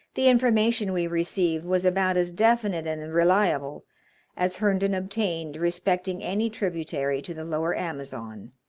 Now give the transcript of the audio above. the information we received was about as definite and reliable as herndon obtained respecting any tributary to the lower amazon